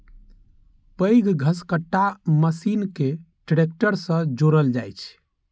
पैघ घसकट्टा मशीन कें ट्रैक्टर सं जोड़ल जाइ छै